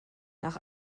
nach